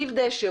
זיו דשא,